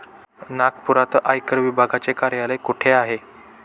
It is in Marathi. नागपुरात आयकर विभागाचे कार्यालय कुठे आहे?